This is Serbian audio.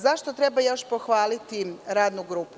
Zašto treba još pohvaliti radnu grupu?